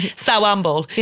so humble.